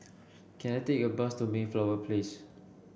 can I take a bus to Mayflower Place